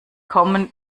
kommen